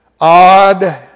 odd